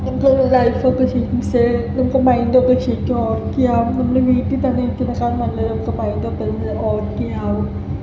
നമുക്ക് ലൈഫ് ഒക്കെ ശരിക്കും നമുക്ക് മൈൻറ്റ് ഒക്കെ ശരിക്കും ഓക്കേ ആകും നമ്മൾ വീട്ടിൽ തന്നെ ഇരിക്കുന്നതിനേക്കാൾ നല്ലത് ഇപ്പം മൈൻറ്റ് ഒക്കെ ഓക്കെ ആകും